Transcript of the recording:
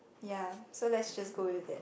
ya so let's just go with it